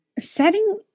setting